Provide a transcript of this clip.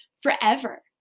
forever